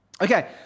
Okay